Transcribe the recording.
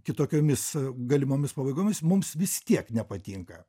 kitokiomis galimomis pabaigomis mums vis tiek nepatinka